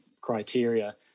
criteria